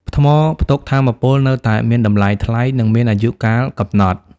ថ្មផ្ទុកថាមពលនៅតែមានតម្លៃថ្លៃ និងមានអាយុកាលកំណត់។